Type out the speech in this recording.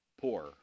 poor